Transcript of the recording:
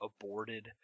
aborted